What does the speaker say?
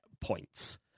points